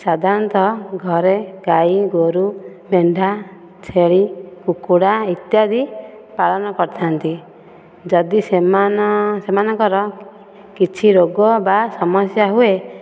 ସାଧାରଣତଃ ଘରେ ଗାଈ ଗୋରୁ ମେଣ୍ଢା ଛେଳି କୁକୁଡ଼ା ଇତ୍ୟାଦି ପାଳନ କରିଥାନ୍ତି ଯଦି ସେମାନ ସେମାନଙ୍କର କିଛି ରୋଗ ବା ସମସ୍ୟା ହୁଏ